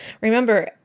Remember